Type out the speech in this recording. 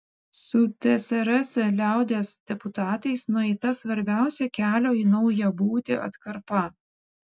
su tsrs liaudies deputatais nueita svarbiausia kelio į naują būtį atkarpa